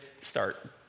start